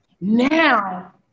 now